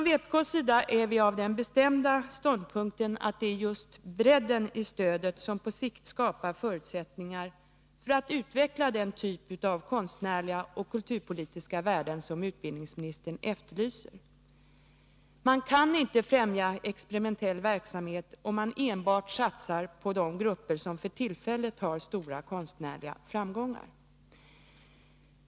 Vi från vpk intar den bestämda ståndpunkten att det är just bredden i stödet som på sikt skapar förutsättningar för en utveckling av den typ av konstnärliga och kulturpolitiska värden som utbildningsministern efterlyser. Man kan inte främja experimentell verksamhet, om man enbart satsar på de grupper som för tillfället har stora konstnärliga framgångar.